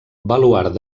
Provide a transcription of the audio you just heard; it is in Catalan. baluard